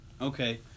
Okay